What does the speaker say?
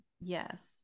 yes